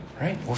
Right